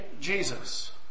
Jesus